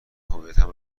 هویتم